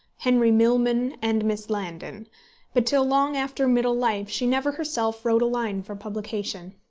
henry milman, and miss landon but till long after middle life she never herself wrote a line for publication.